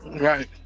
Right